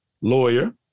lawyer